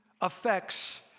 affects